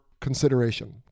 consideration